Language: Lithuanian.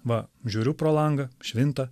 va žiūriu pro langą švinta